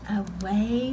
away